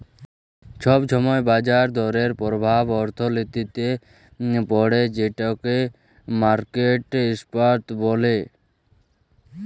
ছব ছময় বাজার দরের পরভাব অথ্থলিতিতে পড়ে যেটকে মার্কেট ইম্প্যাক্ট ব্যলে